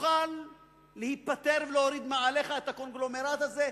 תוכל להיפטר ולהוריד מעליך את הקונגלומרט הזה,